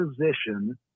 position